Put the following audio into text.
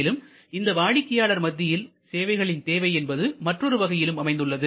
மேலும் இந்த வாடிக்கையாளர் மத்தியில் சேவைகளின் தேவை என்பது மற்றொரு வகையிலும் அமைந்துள்ளது